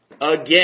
Again